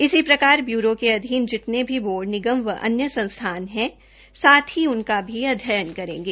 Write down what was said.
इसी प्रकार ब्यूरो के अधीन जितने भी बोर्ड निगम व अन्य संस्थान हैं साथ साथ उनका भी अध्ययन करेंगे